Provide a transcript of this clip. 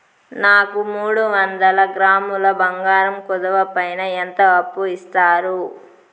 నాకు మూడు వందల గ్రాములు బంగారం కుదువు పైన ఎంత అప్పు ఇస్తారు?